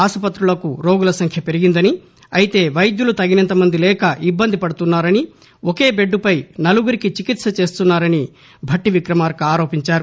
ఆసుపతులకు రోగుల సంఖ్య పెరిగిందని అయితే వైద్యులు తగినంతమంది లేక ఇబ్బంది పడుతున్నారని ఒకే బెడ్దుపై నలుగురికి చికిత్స చేస్తున్నారని భట్లి ఆరోపించారు